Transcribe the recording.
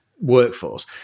workforce